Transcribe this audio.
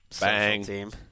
Bang